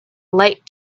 light